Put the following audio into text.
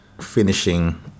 finishing